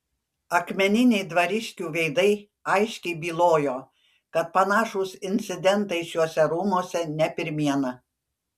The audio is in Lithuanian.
akmeniniai dvariškių veidai aiškiai bylojo kad panašūs incidentai šiuose rūmuose ne pirmiena